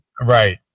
Right